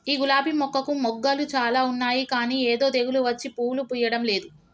ఈ గులాబీ మొక్కకు మొగ్గలు చాల ఉన్నాయి కానీ ఏదో తెగులు వచ్చి పూలు పూయడంలేదు